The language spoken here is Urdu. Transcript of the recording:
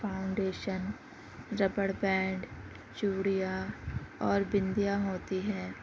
فاؤنڈیشن ربڑ بینڈ چوڑیاں اور بندیاں ہوتی ہے